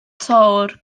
töwr